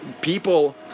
People